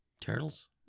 Turtles